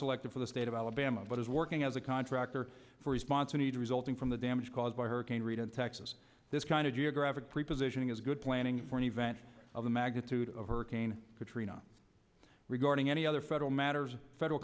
selected for the state of alabama but is working as a contractor for response anita resulting from the damage caused by hurricane rita in texas this kind of geographic prepositioning is good planning for an event of the magnitude of hurricane katrina regarding any other federal matters federal